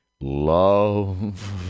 Love